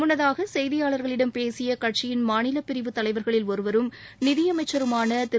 முன்னதாக செய்தியாளர்களிடம் பேசிய கட்சியின் மாநிலப் பிரிவு தலைவர்களில் ஒருவரும் நிதியனமச்சருமான திரு